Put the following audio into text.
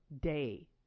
day